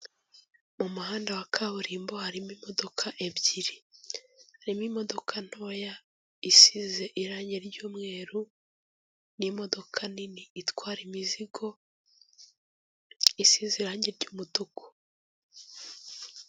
Mu muhanda wa kaburimbo harimo imodoka ebyiri. Harimo imodoka ntoya isize irangi ry'umweru, n'imodoka nini itwara imizigo, isize irangi ry'umutuku.